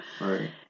Right